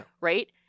Right